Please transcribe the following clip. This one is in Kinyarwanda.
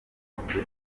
yakomeje